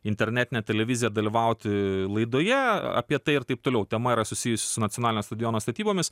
internetinę televiziją dalyvauti laidoje apie tai ir taip toliau tema yra susijusi su nacionalinio stadiono statybomis